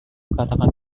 katakan